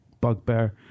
bugbear